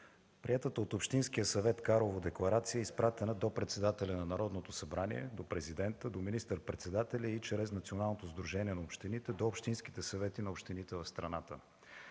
Приетата от Общинския съвет в Карлово декларация е изпратена до председателя на Народното събрание, до Президента, до министър-председателя и чрез Националното сдружение на общините до общинските съвети на общините в страната.